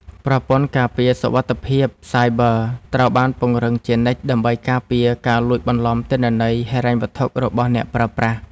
ប្រព័ន្ធការពារសុវត្ថិភាពសាយប័រត្រូវបានពង្រឹងជានិច្ច ដើម្បីការពារការលួចបន្លំទិន្នន័យហិរញ្ញវត្ថុរបស់អ្នកប្រើប្រាស់។